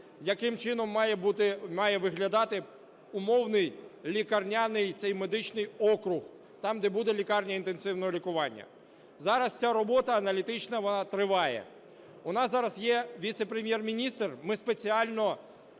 яким чином має виглядати умовний лікарняний цей медичний округ, там, де буде лікарня інтенсивного лікування. Зараз ця робота аналітична триває. У нас зараз є віце-прем'єр-міністр. Ми спеціально